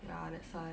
ya that's why